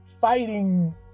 fighting